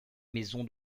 maisons